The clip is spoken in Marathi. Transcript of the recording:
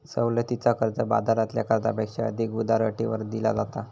सवलतीचा कर्ज, बाजारातल्या कर्जापेक्षा अधिक उदार अटींवर दिला जाता